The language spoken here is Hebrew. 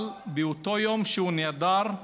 באותו יום שהוא נעדר,